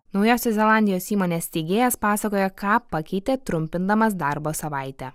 naujosios zelandijos įmonės steigėjas pasakoja ką pakeitė trumpindamas darbo savaitę